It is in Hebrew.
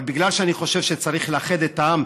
אבל בגלל שאני חושב שצריך לאחד את העם